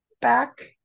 back